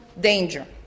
danger